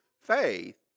faith